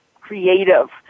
creative